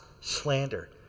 slander